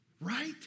Right